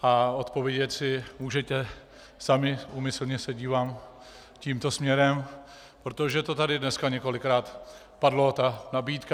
A odpovědět si můžete sami, úmyslně se dívám tímto směrem , protože to tady několikrát padlo, ta nabídka.